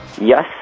Yes